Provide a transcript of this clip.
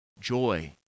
joy